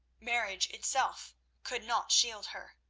marriage itself could not shield her.